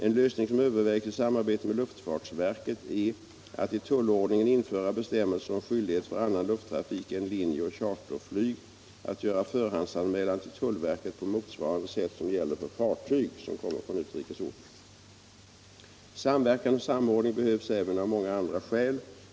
En lösning som övervägs i samarbete med luftfartsverket är att i tullordningen införa bestämmelser om skyl dighet för annan lufttrafik än linjeoch charterflyg att göra förhands Nr 85 anmälan till tullverket på motsvarande sätt som gäller för fartyg som Torsdagen den kommer från utrikes ort. 18 mars 1976 Samverkan och samordning behövs även av många andra skäl.